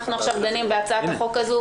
אנחנו עכשיו דנים בהצעת החוק הזאת,